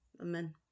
Amen